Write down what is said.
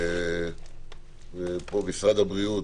משרד הבריאות,